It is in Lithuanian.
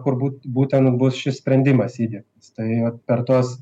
kur būt būtent bus šis sprendimas įdiegtas tai vat per tuos